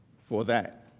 for that.